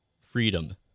freedom